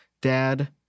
dad